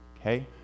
okay